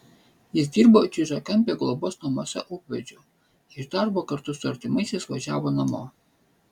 jis dirbo čiužiakampio globos namuose ūkvedžiu iš darbo kartu su artimaisiais važiavo namo